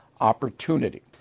opportunity